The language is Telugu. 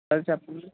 సరే చెప్పండి